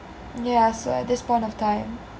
yah still at this point of time